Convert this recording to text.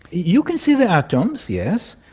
you can see the atoms, yes,